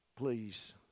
Please